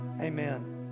amen